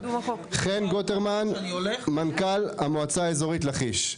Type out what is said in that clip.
חן גוטרמן, מנכ"ל המועצה האזורית לכיש.